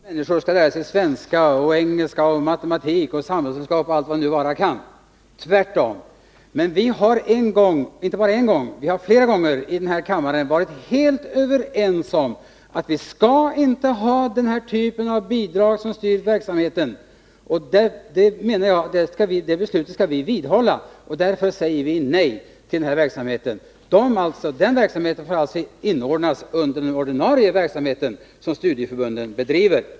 Herr talman! Det är inte alls fel att lära sig svenska, engelska, matematik, samhällskunskap och allt vad det kan vara, tvärtom. Men vi har inte bara en gång utan flera gånger varit helt överens om här i kammaren att vi inte skall ha en typ av bidrag som styr verksamheten. Jag menar att det beslutet skall vi vidhålla, och därför säger vi nej till förslaget om tilläggsbidrag till studiecirklar i vissa ämnen. Studiecirklarna i dessa ämnen får alltså inordnas under den ordinarie verksamhet som studieförbunden bedriver.